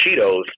cheetos